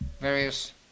various